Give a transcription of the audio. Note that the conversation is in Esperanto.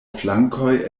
flankoj